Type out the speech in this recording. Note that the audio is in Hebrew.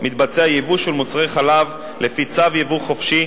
מתבצע ייבוא של מוצרי חלב לפי צו יבוא חופשי,